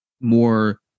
more